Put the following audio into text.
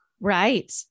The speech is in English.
Right